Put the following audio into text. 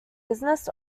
business